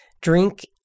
drink